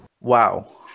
Wow